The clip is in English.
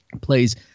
plays